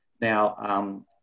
Now